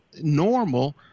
normal